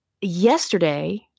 yesterday